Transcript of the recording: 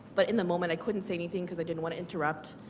but in the moment, i couldn't say anything because i didn't want to interrupt.